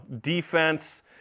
defense